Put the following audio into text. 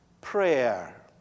prayer